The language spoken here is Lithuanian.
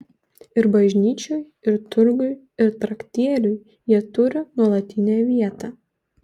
ir bažnyčioj ir turguj ir traktieriuj jie turi nuolatinę vietą